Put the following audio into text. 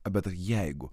bet jeigu